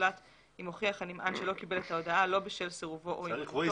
זולת אם הוכיח הנמען שלא קיבל את ההודעה לא בשל סירובו או הימנעותו.